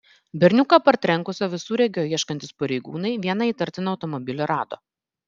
berniuką partrenkusio visureigio ieškantys pareigūnai vieną įtartiną automobilį rado